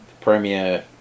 premier